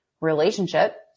relationship